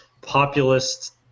populist